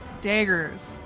daggers